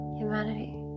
humanity